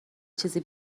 چیزی